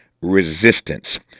resistance